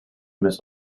miss